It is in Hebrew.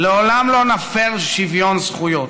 "לעולם לא נפר שוויון זכויות",